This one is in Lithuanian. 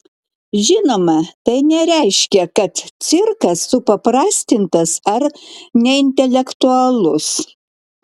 žinoma tai nereiškia kad cirkas supaprastintas ar neintelektualus